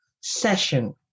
session